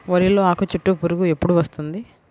వరిలో ఆకుచుట్టు పురుగు ఎప్పుడు వస్తుంది?